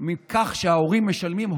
מההוצאה שההורים משלמים,